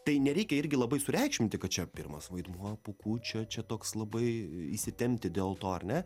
tai nereikia irgi labai sureikšminti kad čia pirmas vaidmuo pūkučio čia toks labai įsitempti dėl to ar ne